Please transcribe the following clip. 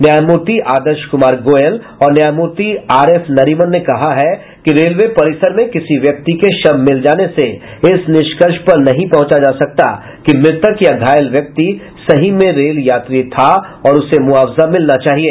न्यायमूर्ति आदर्श कुमार गोयल और न्यायमूर्ति आर एफ नरिमन ने कहा है कि रेलवे परिसर में किसी व्यक्ति के शव मिल जाने से इस निष्कर्ष पर नहीं पहुंचा जा सकता कि मृतक या घायल व्यक्ति सही में रेल यात्री था और उसे मुआवजा मिलना चाहिए